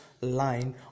line